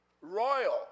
royal